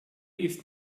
ist